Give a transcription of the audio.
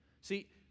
See